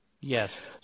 Yes